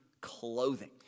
clothing